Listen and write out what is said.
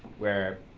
where